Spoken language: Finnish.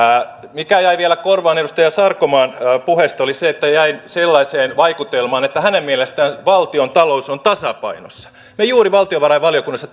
mikä jäi vielä korvaan edustaja sarkomaan puheesta oli se että jäin sellaiseen vaikutelmaan että hänen mielestään valtiontalous on tasapainossa me juuri valtiovarainvaliokunnassa